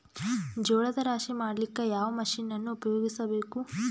ಜೋಳದ ರಾಶಿ ಮಾಡ್ಲಿಕ್ಕ ಯಾವ ಮಷೀನನ್ನು ಉಪಯೋಗಿಸಬೇಕು?